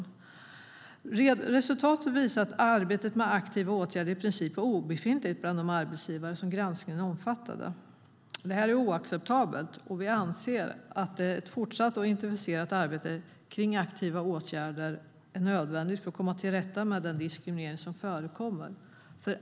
Resultatet visar att arbetet med aktiva åtgärder i princip var obefintligt bland de arbetsgivare som granskningen omfattade. Detta är oacceptabelt, och vi anser att ett fortsatt och intensifierat arbete med aktiva åtgärder är nödvändigt för att komma till rätta med den diskriminering som förekommer.